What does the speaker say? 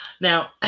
Now